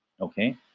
okay